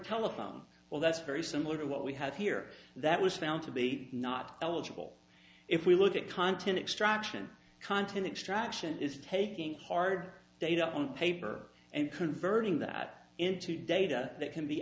telephone well that's very similar to what we have here that was found to be not eligible if we look at content extraction content extraction is taking hard data on paper and converting that into data that can be